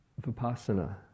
vipassana